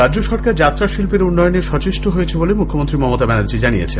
রাজ্য সরকার যাত্রাশিল্পের উন্নয়নে সচেষ্ট হয়েছে বলে মুখ্যমন্ত্রী মমতা ব্যানার্জি জানিয়েছেন